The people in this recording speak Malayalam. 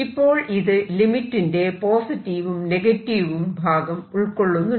ഇപ്പോൾ ഇത് ലിമിറ്റിന്റെ പോസിറ്റീവും നെഗറ്റീവും ഭാഗം ഉൾക്കൊള്ളുന്നുണ്ട്